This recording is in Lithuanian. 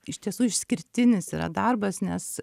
iš tiesų išskirtinis yra darbas nes